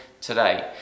today